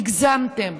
הגזמתם,